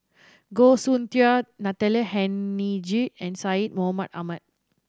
Goh Soon Tioe Natalie Hennedige and Syed Mohamed Ahmed